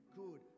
good